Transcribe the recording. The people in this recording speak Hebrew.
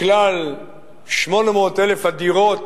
מכלל 800,000 הדירות